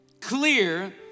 clear